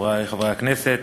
חברי חברי הכנסת,